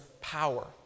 power